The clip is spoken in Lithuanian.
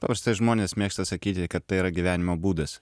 paprastai žmonės mėgsta sakyti kad tai yra gyvenimo būdas